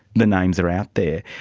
the names are out there.